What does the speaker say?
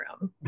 room